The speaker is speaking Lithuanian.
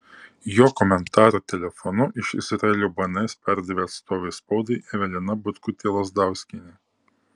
jo komentarą telefonu iš izraelio bns perdavė atstovė spaudai evelina butkutė lazdauskienė